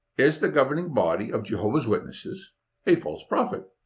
is the governing body of jehovah's witnesses a false prophet?